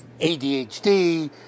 ADHD